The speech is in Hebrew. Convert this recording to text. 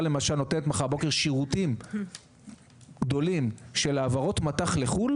נותנת שירותים גדולים של העברות מט"ח לחו"ל